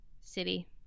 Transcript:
City